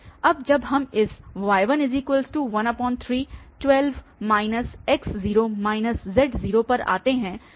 अब जब हम इस y1312 x0 z पर आते हैं